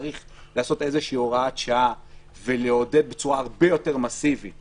צריך לעשות איזו הוראת שעה ולעודד בצורה הרבה יותר מסיבית